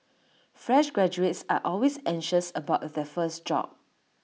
fresh graduates are always anxious about their first job